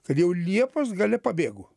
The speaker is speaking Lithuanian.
kad jau liepos gale pabėgu